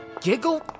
giggle